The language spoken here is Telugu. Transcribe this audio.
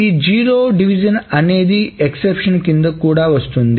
ఈ 0 డివిజన్ అనేది ఎక్సెప్షన్ కిందకి కూడా వస్తది